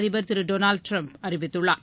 அதிபர் திரு Donald Trump அறிவித்துள்ளார்